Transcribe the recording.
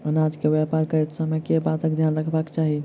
अनाज केँ व्यापार करैत समय केँ बातक ध्यान रखबाक चाहि?